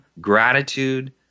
gratitude